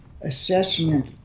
assessment